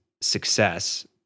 success